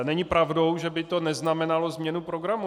Není pravdou, že by to neznamenalo změnu programu.